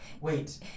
wait